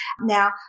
now